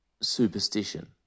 superstition